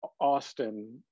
Austin